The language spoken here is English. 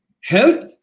Health